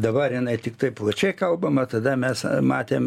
dabar jinai tiktai plačiai kalbama tada mes matėm